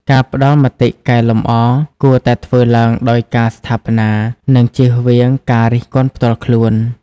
ការផ្ដល់មតិកែលម្អ គួរតែធ្វើឡើងដោយការស្ថាបនា និងជៀសវាងការរិះគន់ផ្ទាល់ខ្លួន។